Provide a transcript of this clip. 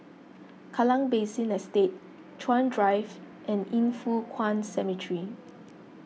Kallang Basin Estate Chuan Drive and Yin Foh Kuan Cemetery